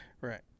right